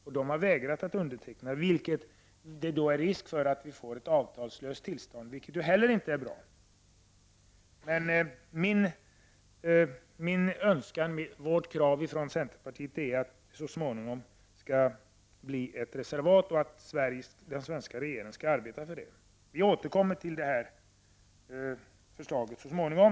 Dessa har vägrat att underteckna konventionen. Då finns det risk att vi får ett avtalslöst tillstånd, vilket inte heller är bra. Centerpartiets krav är att det så småningom skall bli ett reservat. Vi hoppas alltså att den svenska regeringen skall arbeta för detta. Vi återkommer till förslaget så småningom.